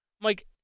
Mike